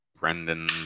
Brendan